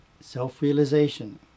self-realization